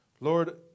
Lord